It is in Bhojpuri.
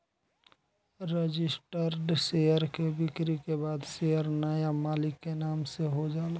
रजिस्टर्ड शेयर के बिक्री के बाद शेयर नाया मालिक के नाम से हो जाला